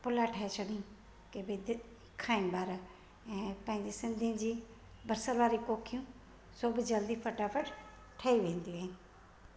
पुलाव ठाही छॾी के भाई दिलि खाइनि ॿार ऐं पंहिंजे सिंधी जी बसर वारी कोकियूं सुबुह जल्दी फटाफट ठही वेंदियूं आहिनि